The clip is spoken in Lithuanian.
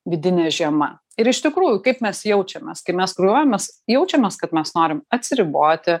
vidinė žiema ir iš tikrųjų kaip mes jaučiamės kai mes kraujuojam mes jaučiamės kad mes norim atsiriboti